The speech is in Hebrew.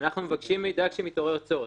אנחנו מבקשים מידע כשמתעורר צורך.